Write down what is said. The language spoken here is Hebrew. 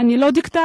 אני לא דיקטטור,